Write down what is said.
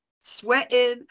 sweating